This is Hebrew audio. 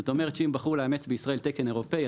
זאת אומרת שאם בחרו לאמץ בישראל תקן אירופי,